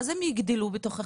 אז הם יגדלו בתוך החברה,